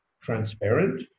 transparent